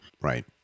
Right